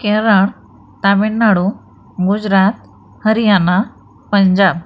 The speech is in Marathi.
केरळ तामीळनाडू गुजरात हरियाणा पंजाब